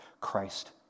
Christ